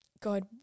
God